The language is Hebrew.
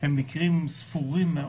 הם מקרים ספורים מאוד.